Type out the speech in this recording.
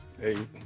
Hey